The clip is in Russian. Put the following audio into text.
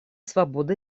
свободы